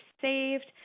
saved